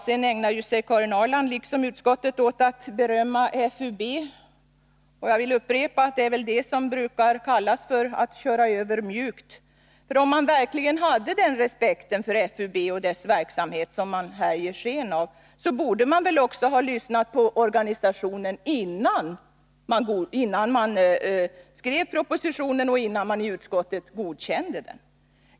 Sedan ägnade sig Karin Ahrland liksom utskottet åt att berömma FUB, och jag vill upprepa att det är väl det som brukar kallas för att köra över mjukt. För om man verkligen hade den respekt för FUB och dess verksamhet som man här ger sken av, borde man väl också ha lyssnat på organisationen innan man skrev propositionen och innan utskottet godkände den.